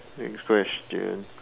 next question